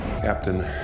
Captain